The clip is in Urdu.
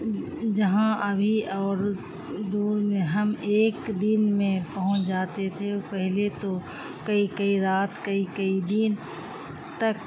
جہاں ابھی اور دور میں ہم ایک دن میں پہنچ جاتے تھے پہلے تو کئی کئی رات کئی کئی دن تک